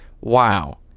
wow